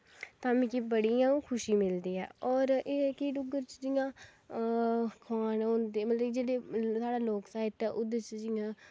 मिगी बड़ी गै खुशी मिलदी ऐ और एह् ऐ कि डुग्गर च जियां खोआन होंदे जियां मतलव का जेह्ड़े साढ़ा लोक साहित्य ऐ ओह्दे च